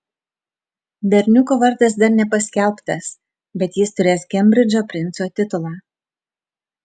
berniuko vardas dar nepaskelbtas bet jis turės kembridžo princo titulą